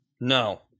No